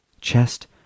chest